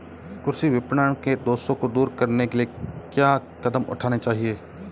कृषि विपणन के दोषों को दूर करने के लिए क्या कदम उठाने चाहिए?